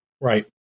Right